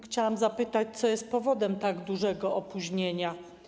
Chciałam zapytać, co jest powodem tak dużego opóźnienia.